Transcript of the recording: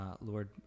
Lord